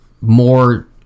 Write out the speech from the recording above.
more